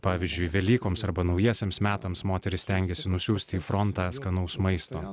pavyzdžiui velykoms arba naujiesiems metams moterys stengiasi nusiųsti į frontą skanaus maisto